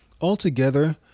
Altogether